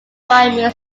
primary